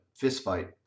fistfight